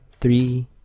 Three